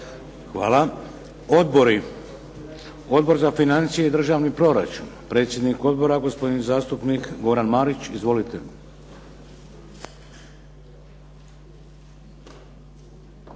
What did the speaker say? Hvala. Odbori. Odbor za financije i državni proračun, predsjednik odbora gospodin zastupnik Goran Marić. Izvolite.